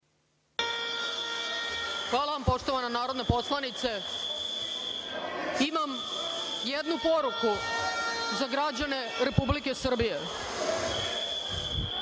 Hvala vam poštovana narodna poslanice, imam jednu poruku za građane Republike Srbije. Naš